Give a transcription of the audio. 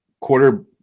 quarter